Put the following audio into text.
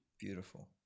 Beautiful